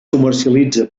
comercialitza